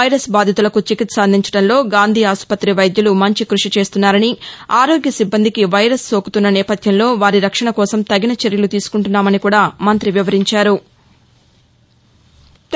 virus బాధితులకు చికిత్స అందించడంలో గాంధీ ఆసుపత్రి వైద్యులు మంచి కృషి చేస్తున్నారని ఆరోగ్య సిబ్బందికి వైరస్ సోకుతున్న నేపథ్యంలో వారి రక్షణ కోసం తగిన చర్యలు తీసుకుంటున్నామని కూడా మంతి వివరించారు